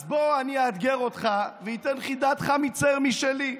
אז בוא אני אאתגר אותך ואתן חידת חמיצר משלי.